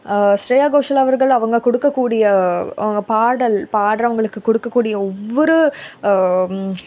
ஷ்ரேயா கோஷல் அவர்கள் அவங்க கொடுக்கக்கூடிய அவங்க பாடல் பாடுறவுங்களுக்கு கொடுக்கக்கூடிய ஒவ்வொரு